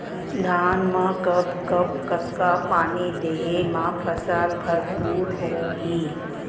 धान मा कब कब कतका पानी देहे मा फसल भरपूर होही?